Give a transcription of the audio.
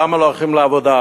למה לא הולכים לעבודה?